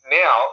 now